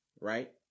right